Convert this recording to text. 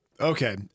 Okay